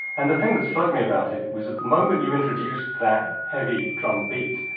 and the thing that struck me about it was that the moment you introduced that heavy drumbeat,